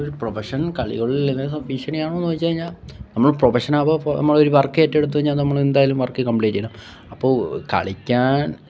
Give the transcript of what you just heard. ഒരു പ്രഫഷണൽ കളികളിൽ നിന്നൊക്കെ ഭീഷണിയാണോന്ന് ചോദിച്ച് കഴിഞ്ഞാൽ നമ്മള് പ്രഫഷനാവുമ്പോൾ നമ്മളൊരു ഒരു വർക്ക് ഏറ്റെടുത്ത് കഴിഞ്ഞാൽ അത് നമ്മളെന്തായാലും വർക്ക് കമ്പ്ലീറ്റ് ചെയ്യണം അപ്പോൾ കളിക്കാൻ